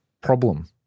problem